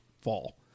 Fall